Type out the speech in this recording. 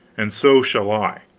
and so shall i.